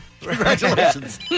Congratulations